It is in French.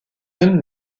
donnent